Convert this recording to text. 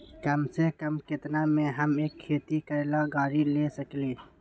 कम से कम केतना में हम एक खेती करेला गाड़ी ले सकींले?